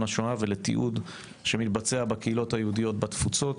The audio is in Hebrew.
השואה ולתיעוד שמתבצע בקהילות היהודיות בתפוצות,